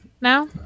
now